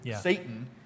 Satan